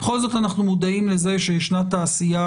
בכל זאת אנחנו מודעים לזה שישנה תעשייה